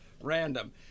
Random